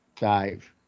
dive